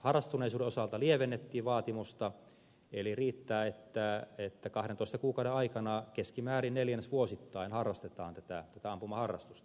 harrastuneisuuden osalta lievennettiin vaatimusta eli riittää että kahdentoista kuukauden aikana keskimäärin neljännesvuosittain harrastetaan tätä ampumaharrastusta